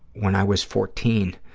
when i was fourteen,